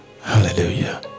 Hallelujah